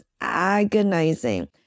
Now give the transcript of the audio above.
agonizing